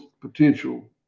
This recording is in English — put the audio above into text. potential